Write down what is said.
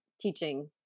teaching